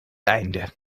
einde